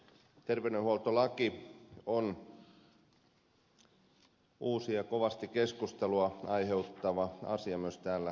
terveydenhuoltolaki on uusi ja kovasti keskustelua aiheuttava asia myös täällä salikeskustelussa